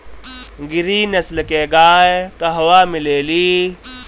गिरी नस्ल के गाय कहवा मिले लि?